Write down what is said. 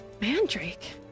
Mandrake